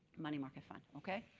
money market fund, okay?